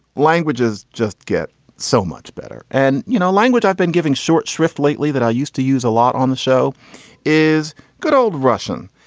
languages just get so much better. and, you know, language i've been giving short shrift lately that i used to use a lot on the show is good old russian.